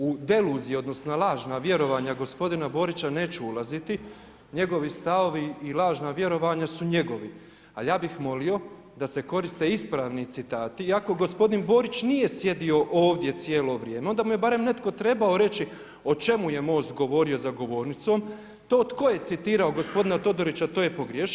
U deluzije, odnosno lažna vjerovanja gospodina Borića neću ulaziti, njegovi stavovi i lažna vjerovanja su njegovi, ali ja bih molio da se koriste ispravni citati iako gospodin Borić nije sjedio ovdje cijelo vrijeme, onda mu je barem netko trebao reći o čemu je MOST govorio za govornicom, tko to je citirao gospodina Todorića, to je pogriješio.